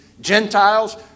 Gentiles